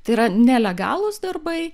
tai yra nelegalūs darbai